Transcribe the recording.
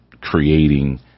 creating